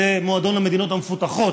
זה מועדון המדינות המפותחות,